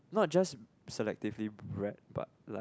not just selectively bred but like